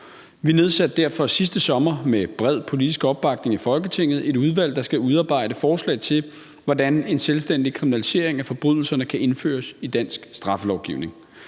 Vi nedsatte derfor sidste sommer med bred politisk opbakning i Folketinget et udvalg, der skal udarbejde forslag til, hvordan en selvstændig kriminalisering af forbrydelserne kan indføres i dansk straffelovgivning.